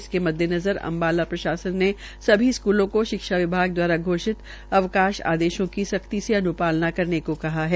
इसके मद्देनज़र अम्बाला प्रशासन ने सभी स्कूलों को शिक्षा विभाग दवारा घोषित अवकाश आदेशों को सख्ती से अनुपालना कराने को कहा है